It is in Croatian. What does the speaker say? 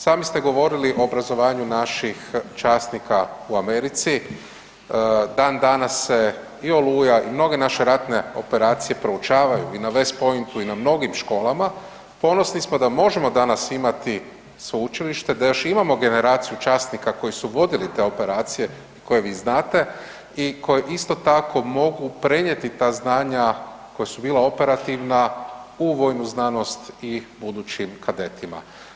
Sami ste govorili o obrazovanju naših časnika u Americi i dan danas se i Oluja i mnoge naše ratne operacije proučavaju i na West Pointu i na mnogim školama, ponosni smo da možemo danas imati sveučilište, da još imamo generaciju časnika koji su vodili te operacije koje vi znate i koji isto tako mogu prenijeti ta znanja koja su bila operativna u vojnu znanost i budućim kadetima.